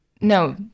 No